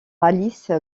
alice